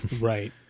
Right